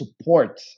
support